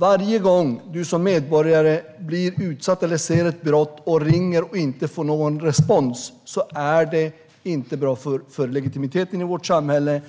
man som medborgare blir utsatt för brott eller ser ett brott och inte får någon respons när man ringer är det inte bra för legitimiteten i vårt samhälle.